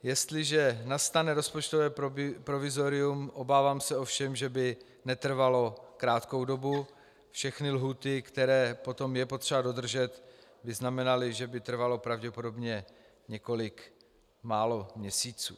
Jestliže nastane rozpočtové provizorium, obávám se ovšem, že by netrvalo krátkou dobu, všechny lhůty, které je potom třeba dodržet, by znamenaly, že by trvalo pravděpodobně několik málo měsíců.